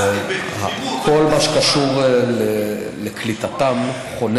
כל מה שקשור לקליטתם חונה